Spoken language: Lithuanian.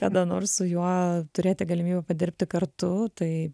kada nors su juo turėti galimybę padirbti kartu tai